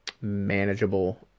manageable